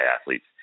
athletes